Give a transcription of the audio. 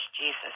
Jesus